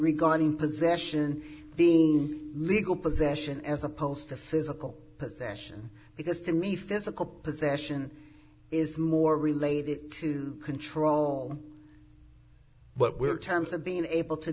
regarding possession being a legal possession as opposed to physical possession because to me physical possession is more related to control but we're terms of being able to